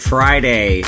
Friday